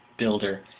builder,